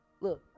Look